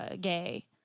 gay